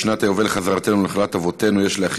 בשנת היובל לחזרתנו לנחלת אבותינו יש להחיל